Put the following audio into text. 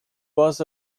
was